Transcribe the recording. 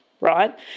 right